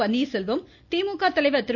பன்னீர்செல்வம் திமுக தலைவர் திரு